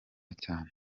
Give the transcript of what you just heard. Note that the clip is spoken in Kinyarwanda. cyane